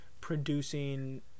producing